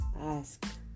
ask